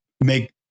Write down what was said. make